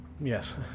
Yes